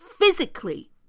physically